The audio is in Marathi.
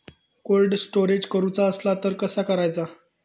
कोल्ड स्टोरेज करूचा असला तर कसा करायचा?